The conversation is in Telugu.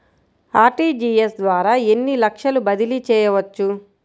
అర్.టీ.జీ.ఎస్ ద్వారా ఎన్ని లక్షలు బదిలీ చేయవచ్చు?